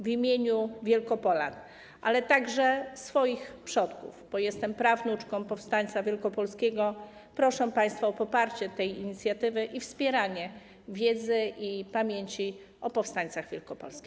W imieniu Wielkopolan, ale także swoich przodków - jestem prawnuczką powstańca wielkopolskiego - proszę państwa o poparcie tej inicjatywy i szerzenie wiedzy i pamięci o powstańcach wielkopolskich.